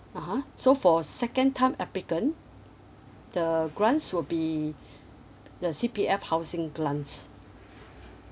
(uh huh) so for second time applicant the grants will be the C_P_F housing grants